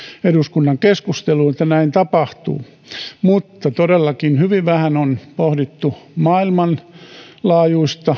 eduskunnan keskusteluun että näin tapahtuu mutta todellakin hyvin vähän on pohdittu maailmanlaajuista